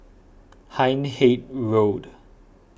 Hindhede Road